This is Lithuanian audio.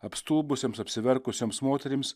apstulbusioms apsiverkusioms moterims